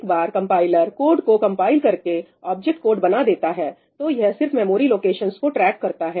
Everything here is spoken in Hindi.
एक बार कंपाइलर कोड को कंपाइल करके ऑब्जेक्ट कोड बना देता है तो यह सिर्फ मेमोरी लोकेशंस को ट्रैक करता है